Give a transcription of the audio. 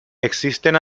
existen